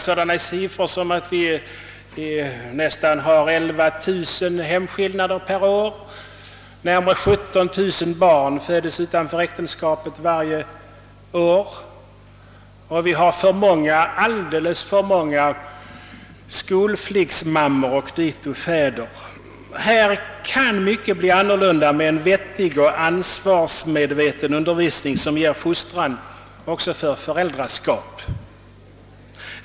Vi har nästan 11 000 hemskillnader per år, närmare 17000 barn föds utanför äktenskapet, och vi har alldeles för många skolflicksmammor och skol pojksfäder. Här kan mycket bli annorlunda med en vettig och ansvarsmedveten undervisning, som fostrar också för föräldraskap.